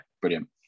brilliant